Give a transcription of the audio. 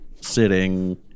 sitting